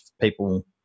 people